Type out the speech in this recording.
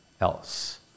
else